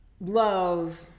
love